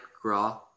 Graw